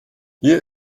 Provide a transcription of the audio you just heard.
hier